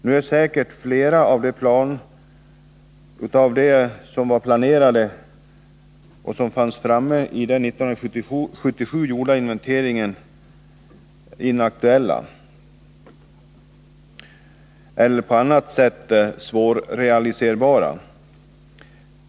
Nu är säkert flera av de planer som fanns i den 1977 gjorda inventeringen inaktuella eller på annat sätt svårrealiserbara.